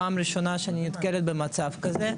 פעם ראשונה שאני נתקלת במצב כזה.